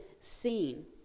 seen